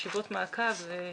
הישיבה ננעלה בשעה 10:38.